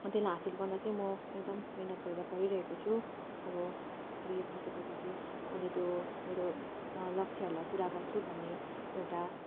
अन्त त्यसलाई हासिल चाहिँ म एकदम मिहिनेत गरेर पढिरहेको छु अब बिएड सकेपछि चाहिँ अन्त त्यो मेरो लक्ष्यहरूलाई पुरा गर्छु भन्ने एउटा